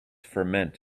ferment